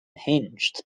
hinged